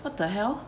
what the hell